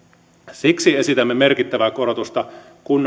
siksi esitämme merkittävää korotusta kunnallisveron perusvähennykseen